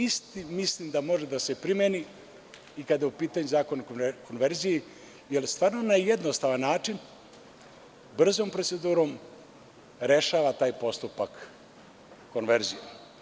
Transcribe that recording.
Isti mislim da može da se primeni i kada je u pitanju Zakon o konverziji jer stvarno na jednostavan način, brzom procedurom rešava taj postupak konverzije.